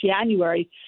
January